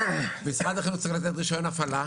משרד החינוך צריך לתת רישיון הפעלה.